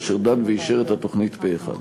אשר דן ואישר את התוכנית פה-אחד.